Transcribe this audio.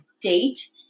date